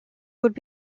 would